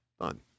done